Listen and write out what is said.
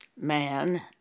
man